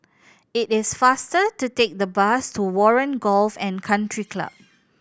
it is faster to take the bus to Warren Golf and Country Club